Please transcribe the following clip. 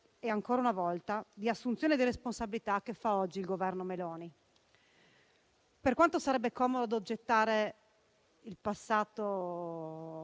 e, ancora una volta, di assunzione di responsabilità che fa oggi il Governo Meloni. Per quanto sarebbe comodo gettare il passato